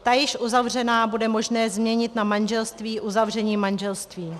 Ta již uzavřená bude možné změnit na manželství uzavřením manželství.